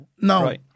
no